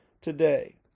today